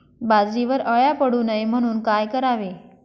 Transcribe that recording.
बाजरीवर अळ्या पडू नये म्हणून काय करावे?